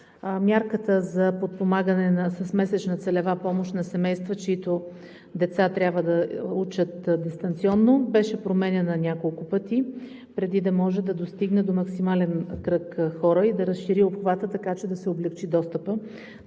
мярката за подпомагане с месечна целева помощ на семейства, чиито деца трябва да учат дистанционно, беше променяна няколко пъти преди да може да достигне до максимален кръг хора и да разшири обхвата, така че да се облекчи достъпът